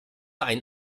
ein